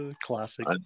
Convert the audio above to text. Classic